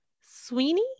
sweeney